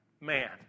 man